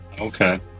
Okay